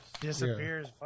Disappears